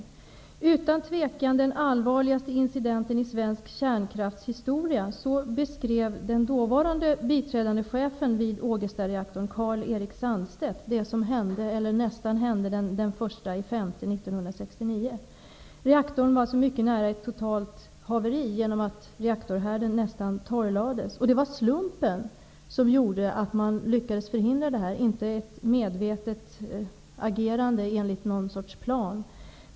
Detta är utan tvekan den allvarligaste incidenten i svensk kärnkrafts historia. Så beskrev den dåvarande biträdande chefen vid Reaktorn var alltså mycket nära ett totalt haveri genom att reaktorhärden nästan torrlades. Det var slumpen som gjorde att man lyckades förhindra detta -- inte ett medvetet agerande enligt någon sorts plan.